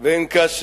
ואין קשב.